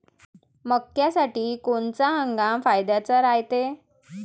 मक्क्यासाठी कोनचा हंगाम फायद्याचा रायते?